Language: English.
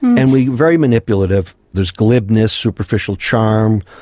and we're very manipulative. there's glibness, superficial charm,